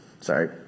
sorry